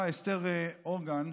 אסתר הורגן,